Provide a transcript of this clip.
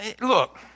Look